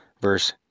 verse